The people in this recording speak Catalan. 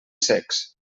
secs